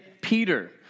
Peter